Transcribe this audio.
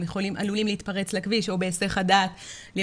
הם עלולים להתפרץ לכביש או בהיסח הדעת להיות